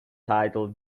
title